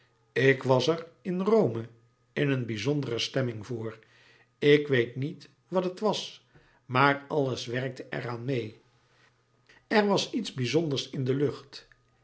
ik was er in rome in een bizondere stemming voor ik weet niet wat het was maar alles werkte er aan meê er was iets bizonders in de lucht